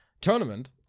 tournament